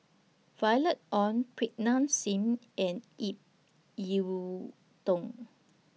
Violet Oon Pritam Singh and Ip Yiu Tung